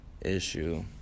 issue